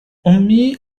أمي